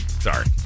Sorry